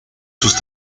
sus